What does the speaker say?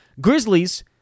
Grizzlies